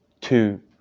two